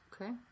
Okay